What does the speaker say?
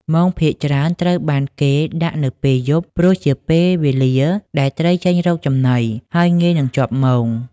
មងភាគច្រើនត្រូវបានគេដាក់នៅពេល យប់ ព្រោះជាពេលវេលាដែលត្រីចេញរកចំណី ហើយងាយនឹងជាប់មង។